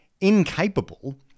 incapable